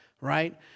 right